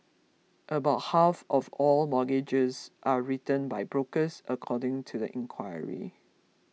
about half of all mortgages are written by brokers according to the inquiry